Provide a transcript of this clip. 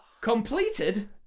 completed